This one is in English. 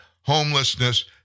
homelessness